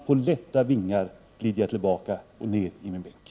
På lätta vingar glider jag tillbaka och ner i min bänk.